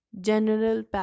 general